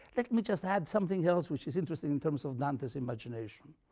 let me just add something else which is interesting in terms of dante's imagination.